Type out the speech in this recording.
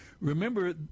remember